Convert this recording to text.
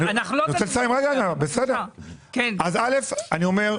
אנחנו מבינים את כל הנסיבות המוצדקות שהעליתם,